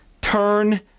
turn